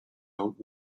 old